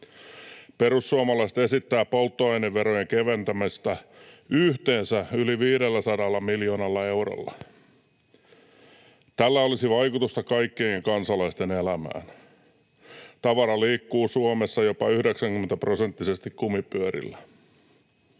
Perussuomalaiset esittävät polttoaineverojen keventämistä yhteensä yli 500 miljoonalla eurolla. Tällä olisi vaikutusta kaikkien kansalaisten elämään. Tavara liikkuu Suomessa jopa 90‑prosenttisesti kumipyörillä.